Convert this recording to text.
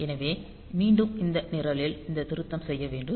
எனவே மீண்டும் இந்த நிரலில் இந்த திருத்தம் செய்ய வேண்டும்